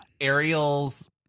Ariel's